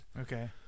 Okay